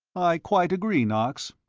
i quite agree, knox.